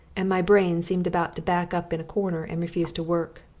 and my brain seemed about to back up in a corner and refuse to work.